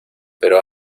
pero